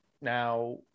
Now